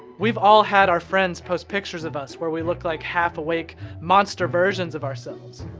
we've all had our friends post pictures of us where we look like half-awake monster-versions of ourselves.